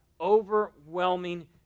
overwhelming